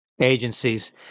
agencies